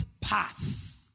path